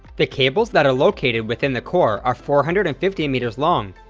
the cables that are located within the core are four hundred and fifty m you know long,